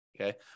Okay